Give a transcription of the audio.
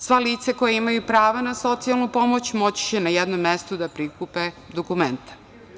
Sva lica koja imaju pravo na socijalnu pomoć moći će na jednom mestu da prikupe dokumenta.